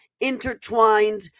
intertwined